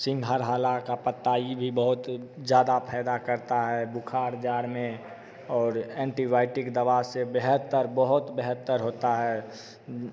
सिंघाला का पत्ता ये भी बहुत ज़्यादा फायदा करता है बुखार जाड़े में और एंटीबायोटिक दवा से बेहतर बहुत बेहतर होता है